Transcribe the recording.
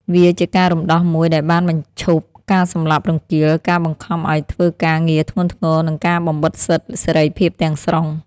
វាជាការរំដោះមួយដែលបានបញ្ឈប់ការសម្លាប់រង្គាល ការបង្ខំឱ្យធ្វើការងារធ្ងន់ធ្ងរ និងការបំបិទសិទ្ធិសេរីភាពទាំងស្រុង។